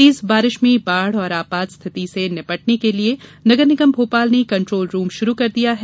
तेज बारिश में बाढ़ और आपात स्थिति से निपटने के लिये नगरनिगम भोपाल ने कंट्रोल रूम शुरू कर दिया है